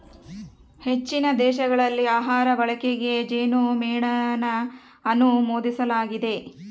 ಹೆಚ್ಚಿನ ದೇಶಗಳಲ್ಲಿ ಆಹಾರ ಬಳಕೆಗೆ ಜೇನುಮೇಣನ ಅನುಮೋದಿಸಲಾಗಿದೆ